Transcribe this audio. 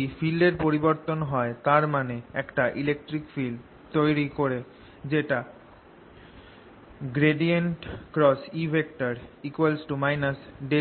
যদি ফিল্ড এর পরিবর্তন হয় তার মানে এটা একটা ইলেকট্রিক ফিল্ড তৈরি করে যেটা